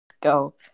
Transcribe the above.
Go